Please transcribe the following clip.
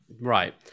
right